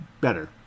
better